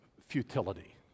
futility